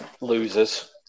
losers